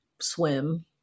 swim